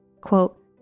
Quote